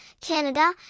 Canada